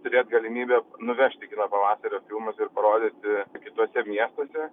turėt galimybę nuvežti kino pavasario filmus ir parodyti kituose miestuose